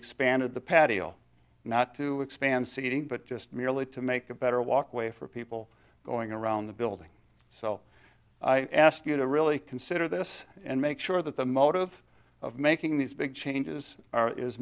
expanded the patio not to expand seating but just merely to make a better walkway for people going around the building so i ask you to really consider this and make sure that the motive of making these big changes are is